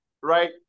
right